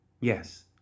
Yes